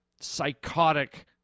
psychotic